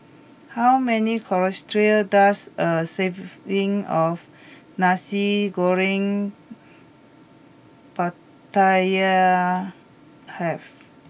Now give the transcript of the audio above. how many calories does a serving of Nasi Goreng Pattaya have